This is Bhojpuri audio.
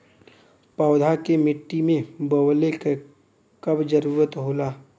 पौधा के मिट्टी में बोवले क कब जरूरत होला